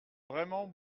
vraiment